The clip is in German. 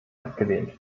abgelehnt